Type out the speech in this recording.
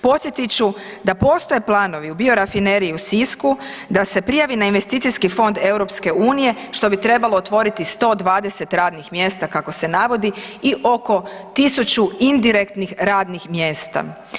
Podsjetit ću da postoje planovi u Biorafineriji u Sisku da se prijavi na Investicijski fond EU što bi trebalo otvoriti 120 radnih mjesta kako se navodi i oko tisuću indirektnih radnih mjesta.